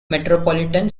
metropolitan